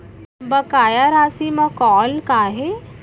बकाया राशि मा कॉल का हे?